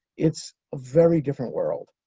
it's a very different world.